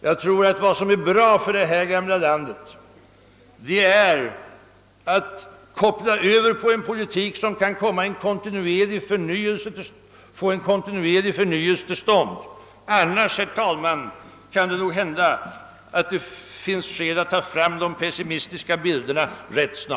Jag tror att vad som är bra för det här gamla landet är att koppla över till en politik som kan få till stånd en kontinuerlig förnyelse. Annars, herr talman, kan det ganska snart finnas skäl att ta fram de pessimistiska bilderna.